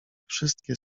wszystkie